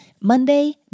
Monday